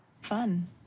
Fun